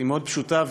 היא פשוטה מאוד.